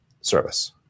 service